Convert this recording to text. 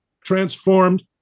transformed